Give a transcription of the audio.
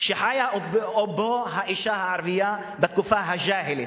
שחיה בו האשה הערבייה בתקופה הג'אהילית,